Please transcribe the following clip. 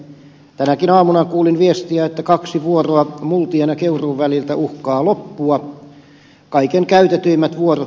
tänäkin aamuna kuulin viestiä että kaksi vuoroa multian ja keuruun väliltä uhkaa loppua kaikkein käytetyimmät vuorot